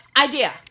idea